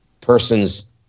person's